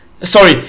Sorry